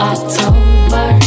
October